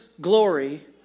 glory